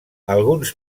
alguns